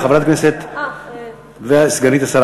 אה, מה את מציעה, חברת הכנסת וסגנית השר?